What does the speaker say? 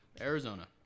Arizona